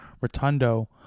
Rotundo